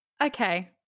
Okay